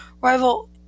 rival